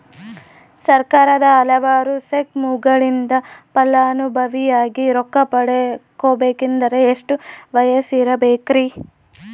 ಸರ್ಕಾರದ ಹಲವಾರು ಸ್ಕೇಮುಗಳಿಂದ ಫಲಾನುಭವಿಯಾಗಿ ರೊಕ್ಕ ಪಡಕೊಬೇಕಂದರೆ ಎಷ್ಟು ವಯಸ್ಸಿರಬೇಕ್ರಿ?